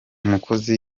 mukozi